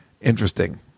interesting